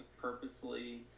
purposely